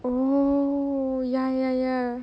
oh ya ya ya